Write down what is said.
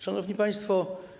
Szanowni Państwo!